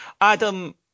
Adam